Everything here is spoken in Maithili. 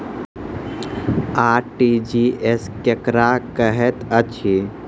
आर.टी.जी.एस केकरा कहैत अछि?